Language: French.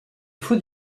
faut